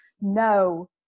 no